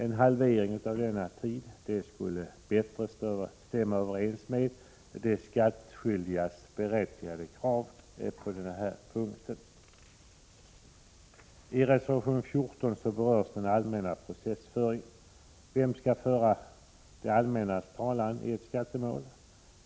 En halvering av denna tid skulle bättre stämma överens med de skattskyldigas berättigade krav på denna punkt. I reservation 14 berörs det allmännas processföring. Vem skall föra det allmännas talan i ett skattemål?